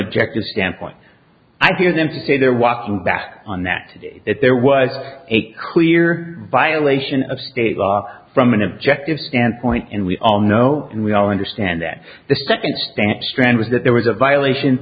objective standpoint i give them to say they're walking back on that that there was a clear violation of state law from an objective standpoint and we all know and we all understand that the second stance strand was that there was a violation